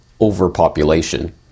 overpopulation